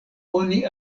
oni